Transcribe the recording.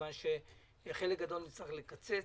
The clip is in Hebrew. כי חלק גדול נצטרך לקצץ